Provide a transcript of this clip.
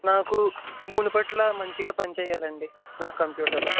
నాకూ మునుపటిలాగా మంచిగా పని చేయాలండీ నా కంప్యూటర్